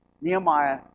Nehemiah